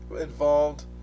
involved